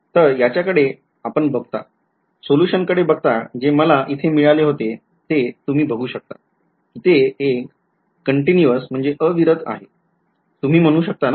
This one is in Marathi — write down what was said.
तर याच्या कडे बघता सोल्यूशन कडे बघता जे मला इथे मिळाले होते ते तुम्ही बघू शकता कि ते अविरत आहे तुम्ही म्हणू शकता ना